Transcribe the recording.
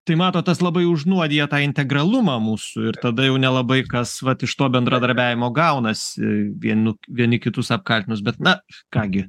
tai matot tas labai užnuodija tą integralumą mūsų ir tada jau nelabai kas vat iš to bendradarbiavimo gaunasi vienu vieni kitus apkaltinus bet na ką gi